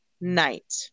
night